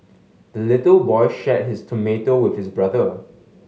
the little boy shared his tomato with his brother